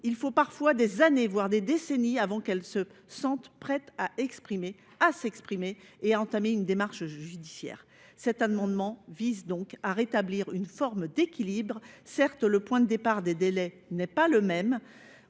Il faut parfois des années, voire des décennies, avant qu’elles ne se sentent prêtes à s’exprimer et à entamer une démarche judiciaire. Par conséquent, cet amendement vise à rétablir une forme d’équilibre. Certes, le point de départ des délais n’est pas le même